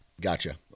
Gotcha